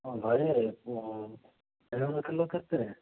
ଭାଇ କିଲୋ କେତେ